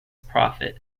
prophet